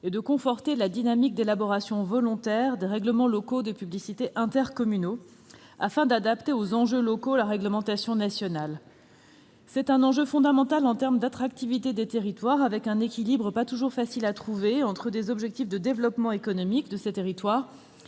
et de conforter la dynamique d'élaboration volontaire de règlements locaux de publicité intercommunaux afin d'adapter la réglementation nationale aux enjeux locaux. Cet enjeu est fondamental pour l'attractivité des territoires. L'équilibre n'est pas toujours facile à trouver entre les objectifs de développement économique de ces territoires